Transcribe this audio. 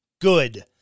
Good